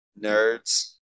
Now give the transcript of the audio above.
nerds